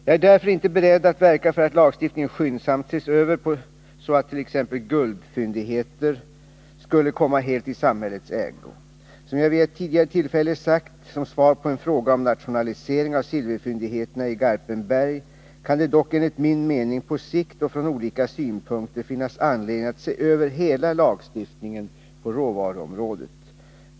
Jag är därför inte beredd att verka för att lagstiftningen skyndsamt ses över så attt.ex. guldfyndigheter skulle komma helt i samhällets ägo. Som jag vid ett tidigare tillfälle sagt, som svar på en fråga om nationalisering av silverfyndigheterna i Garpenberg, kan det dock enligt min mening, på sikt och från olika synpunkter, finnas anledning att se över hela lagstiftningen på råvaruområdet.